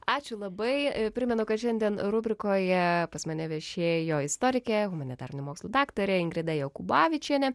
ačiū labai primenu kad šiandien rubrikoje pas mane viešėjo istorikė humanitarinių mokslų daktarė ingrida jokubavičienė